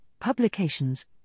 Publications